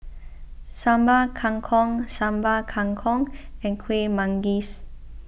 Sambal Kangkong Sambal Kangkong and Kueh Manggis